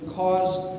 caused